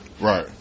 Right